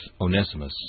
Onesimus